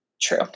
True